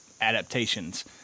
adaptations